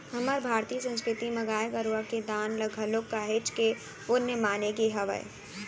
हमर भारतीय संस्कृति म गाय गरुवा के दान ल घलोक काहेच के पुन्य माने गे हावय